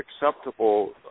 acceptable